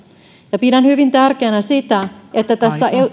ja pidän hyvin tärkeänä sitä että tässä